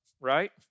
right